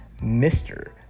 Mr